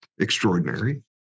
extraordinary